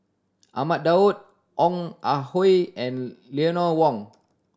Ahmad Daud Ong Ah Hoi and Eleanor Wong